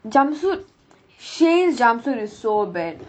jumpsuit Shein's jumpsuit is so bad